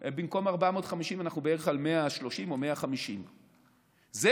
במקום 450 אנחנו בערך על 130 או 150. זה,